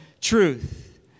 truth